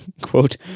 quote